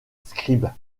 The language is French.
scribe